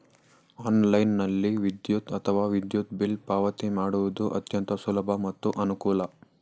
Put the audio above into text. ಆನ್ಲೈನ್ನಲ್ಲಿ ವಿದ್ಯುತ್ ಅಥವಾ ವಿದ್ಯುತ್ ಬಿಲ್ ಪಾವತಿ ಮಾಡುವುದು ಅತ್ಯಂತ ಸುಲಭ ಮತ್ತು ಅನುಕೂಲ